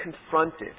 confronted